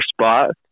spot